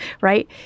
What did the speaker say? right